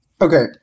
okay